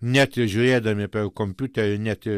net ir žiūrėdami apie kompiuterį net